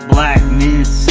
Blackness